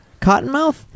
Cottonmouth